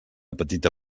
petita